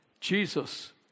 Jesus